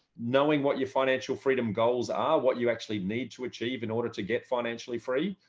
knowing what your financial freedom goals are, what you actually need to achieve in order to get financially free.